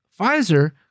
Pfizer